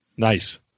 nice